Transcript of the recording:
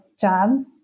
job